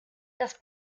das